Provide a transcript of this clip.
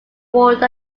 walled